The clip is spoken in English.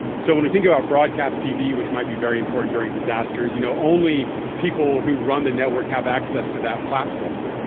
so when you think about broadcast tv, which might be very important during disasters, you know only people who run the network have access to that platform.